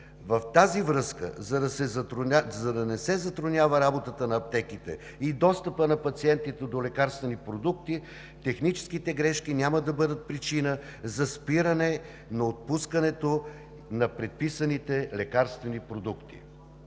В тази връзка, за да не се затруднява работата на аптеките и достъпът на пациентите до лекарствени продукти, техническите грешки няма да бъдат причина за спиране на отпускането на предписаните лекарствени продукти.